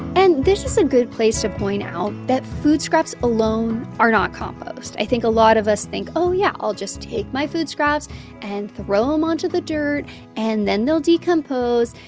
and this is a good place to point out that food scraps alone are not compost. i think a lot of us think, oh, yeah, i'll just take my food scraps and throw them um onto the dirt and then they'll decompose.